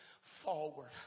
forward